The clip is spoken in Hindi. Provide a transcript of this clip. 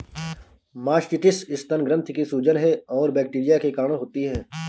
मास्टिटिस स्तन ग्रंथि की सूजन है और बैक्टीरिया के कारण होती है